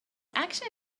action